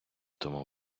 тому